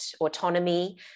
autonomy